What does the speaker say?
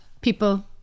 people